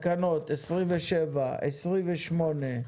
הצבעה תקנות 27, 28,